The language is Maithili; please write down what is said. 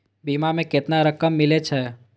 बीमा में केतना रकम मिले छै?